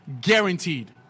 Guaranteed